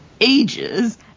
ages